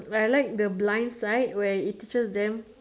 I like the blind side where it teach them